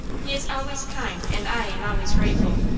he is always kind, and i am always grateful.